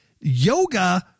Yoga